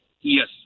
Yes